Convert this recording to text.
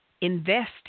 invest